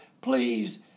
please